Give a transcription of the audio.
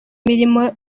imirimo